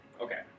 Okay